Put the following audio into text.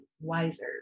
wiser